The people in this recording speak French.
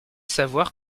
savoir